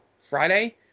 Friday